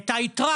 את היתרה,